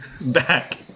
back